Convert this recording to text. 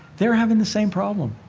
they're having the same problem.